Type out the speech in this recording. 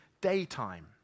daytime